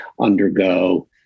undergo